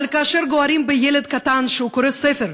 אבל כאשר גוערים בילד קטן שהוא קורא ספר,